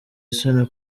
isoni